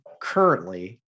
currently